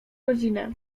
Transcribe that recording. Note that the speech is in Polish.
rodzinę